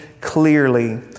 clearly